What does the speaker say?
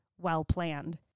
well-planned